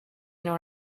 nor